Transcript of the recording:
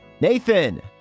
Nathan